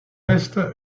est